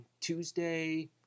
Tuesday